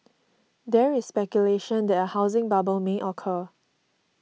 there is speculation that a housing bubble may occur